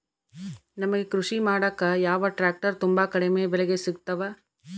ನಮಗೆ ಕೃಷಿ ಮಾಡಾಕ ಯಾವ ಟ್ರ್ಯಾಕ್ಟರ್ ತುಂಬಾ ಕಡಿಮೆ ಬೆಲೆಗೆ ಸಿಗುತ್ತವೆ?